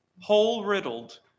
hole-riddled